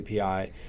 API